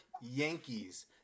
Yankees